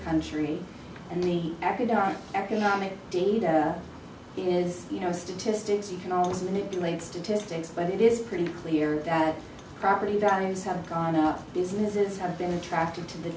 country and the academic economic data is you know statistics you can always manipulate statistics but it is pretty clear that property values have gone up businesses have been attracted to the